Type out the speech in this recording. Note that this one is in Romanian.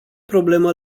problemă